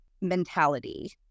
mentality